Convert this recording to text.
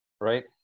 right